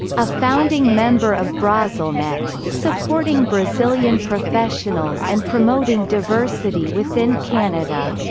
a founding member of brasilnet, supporting brazilian professionals and promoting diversity within canada.